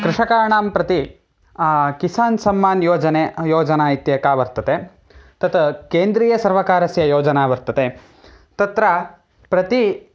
कृषकाणां प्रति किसान् सम्मानयोजने योजना इत्येका वर्तते तत् केन्द्रीयसर्वकारस्य योजना वर्तते तत्र प्रति